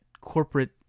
corporate